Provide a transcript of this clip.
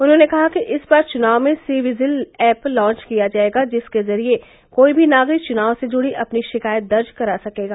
उन्होंने कहा कि इस बार चुनाव में सी विजिल ऐप लांच किया जायेगा जिसके जरिये कोई भी नागरिक चुनाव से जुड़ी अपनी शिकायत दर्ज करा सकेगा